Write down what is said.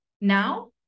now